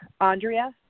Andrea